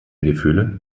gefühle